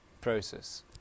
process